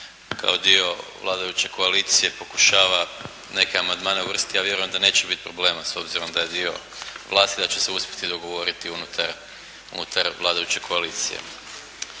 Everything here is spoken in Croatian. kao dio vladajuće koalicije pokušava neke amandmane uvrstiti, ja vjerujem da neće biti problema s obzirom da je dio vlasti i da će se uspjeti dogovoriti unutar vladajuće koalicije.